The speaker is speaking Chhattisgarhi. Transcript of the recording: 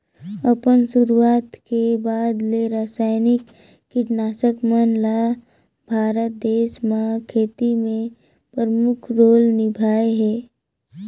अपन शुरुआत के बाद ले रसायनिक कीटनाशक मन ल भारत देश म खेती में प्रमुख रोल निभाए हे